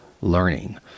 learning